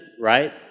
right